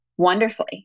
Wonderfully